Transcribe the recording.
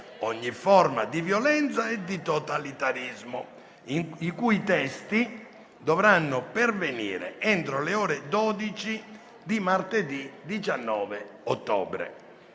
ogni forma di violenza e di totalitarismo, i cui testi dovranno pervenire entro le ore 12 di martedì 19 ottobre.